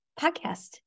podcast